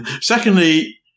Secondly